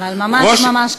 אבל ממש ממש קצר.